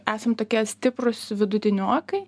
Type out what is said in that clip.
esam tokie stiprūs vidutiniokai